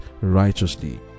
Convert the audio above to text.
righteously